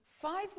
five